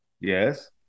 Yes